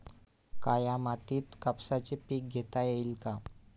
काळ्या मातीत कापसाचे पीक घेता येईल का?